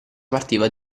partiva